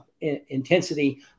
intensity